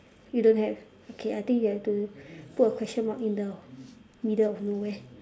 you don't have okay I think you have to put a question mark in the middle of nowhere